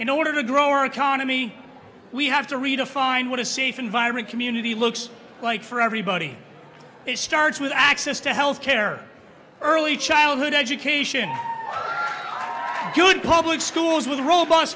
in order to grow our economy we have to redefine what a safe environment community looks like for everybody it starts with access to health care early childhood education the good public schools with rob